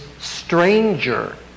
stranger